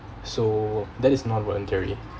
so that is not voluntary